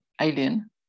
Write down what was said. alien